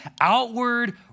outward